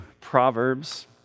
Proverbs